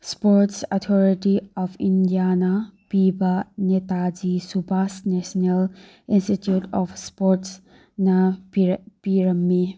sports authority of ꯏꯟꯗꯤꯌꯥꯅ ꯄꯤꯕ ꯅꯦꯇꯥꯖꯤ ꯁꯨꯕꯥꯁ ꯅꯦꯁꯅꯦꯜ ꯏꯟꯁꯇꯤꯇ꯭ꯌꯨꯠꯁ ꯑꯣꯐ ꯏꯁꯄꯣꯔꯠꯁꯅ ꯄꯤꯔꯝꯃꯤ